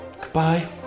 Goodbye